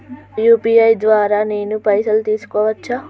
UPI ద్వారా నేను పైసలు తీసుకోవచ్చా?